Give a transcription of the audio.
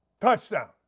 touchdown